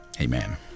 Amen